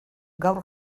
gaur